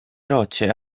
rocce